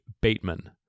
Bateman